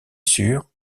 sur